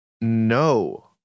No